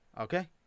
Okay